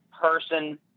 person